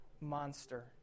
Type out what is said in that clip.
monster